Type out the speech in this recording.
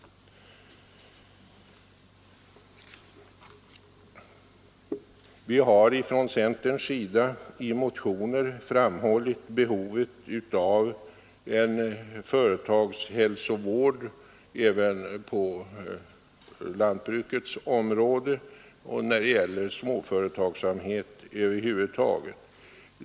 Vi har från centerns sida i motioner framhållit behovet av en företagshälsovård även på lantbrukets område — och när det gäller småföretagsamhet över huvud taget.